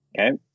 Okay